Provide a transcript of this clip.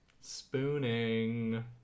spooning